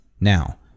now